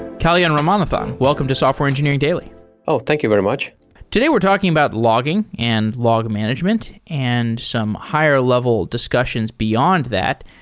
kalyan ramanathan, welcome to software engineering daily oh, thank you very much today we're talking about logging, and log management, and some higher level discussions beyond that.